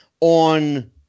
on